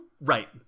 Right